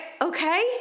Okay